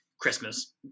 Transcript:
Christmas